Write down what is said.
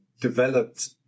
developed